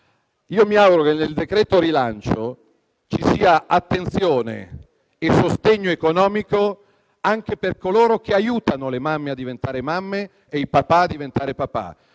Mi auguro che nel decreto rilancio ci siano attenzione e sostegno economico anche per coloro che aiutano le mamme a diventare mamme e i papà a diventare papà.